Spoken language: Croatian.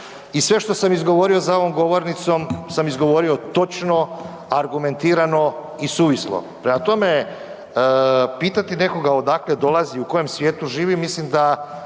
i sve što sam izgovorio za ovom govornicom sam izgovorio točno, argumentirano i suvislo. Prema tome, pitati nekoga odakle dolazi u kojem svijetu živi mislim da